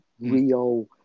Rio